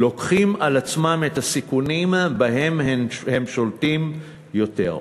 לוקחים על עצמם את הסיכונים שבהם הם שולטים יותר.